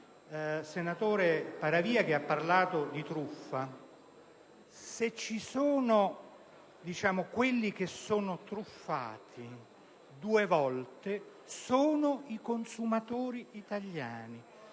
senatore Paravia, che ha parlato di truffa. Se ci sono quelli che sono truffati due volte, sono i consumatori italiani,